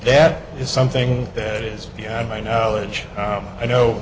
that is something that is my knowledge you know